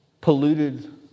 polluted